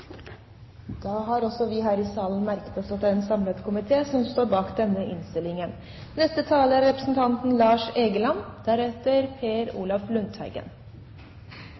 Da har også vi her i salen merket oss at det er en samlet komité som står bak denne innstillingen. I SV er